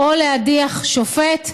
או להדיח שופט.